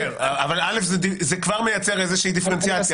זה כבר מייצר איזושהי דיפרנציאציה.